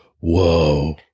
Whoa